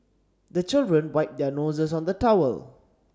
the children wipe their noses on the towel